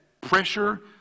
pressure